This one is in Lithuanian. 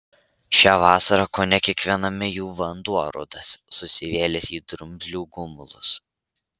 šią vasarą kone kiekviename jų vanduo rudas susivėlęs į drumzlių gumulus